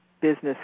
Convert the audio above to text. business